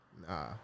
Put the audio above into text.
Nah